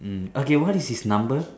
mm okay what is his number